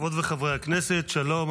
חברות וחברי הכנסת, שלום.